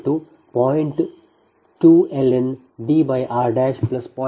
2ln Dr 0